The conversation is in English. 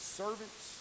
servants